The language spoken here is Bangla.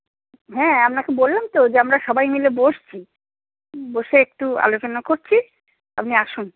হ্যাঁ আপনাকে বললাম তো যে আমরা সবাই মিলে বসছি বসে একটু আলোচনা করছি আপনি আসুন